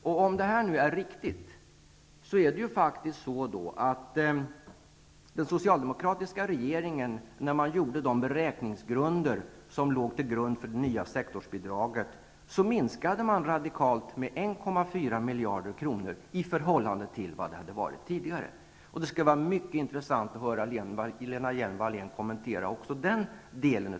Om detta nu är riktigt gjorde den socialdemokratiska regeringen när den fastställde de beräkningsgrunder som låg till grund för det nya sektorsbidraget en radikal minskning av bidraget med 1,4 miljarder kronor i förhållande till tidigare. Det vore mycket intressant att få höra Lena Hjelm-Walléns kommentar också till detta.